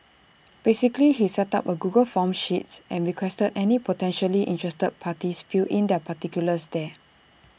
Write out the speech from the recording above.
basically he set up A Google forms sheets and requested any potentially interested parties fill in their particulars there